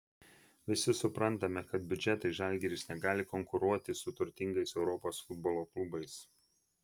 visi suprantame kad biudžetais žalgiris negali konkuruoti su turtingais europos futbolo klubais